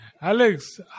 Alex